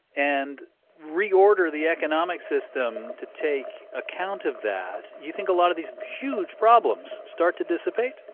and reorder the economic system to take account of that, you think lot of these huge problems start to dissipate?